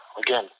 again